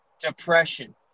depression